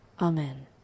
Amen